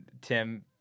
Tim